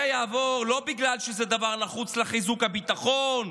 זה יעבור לא בגלל שזה דבר נחוץ לחיזוק הביטחון,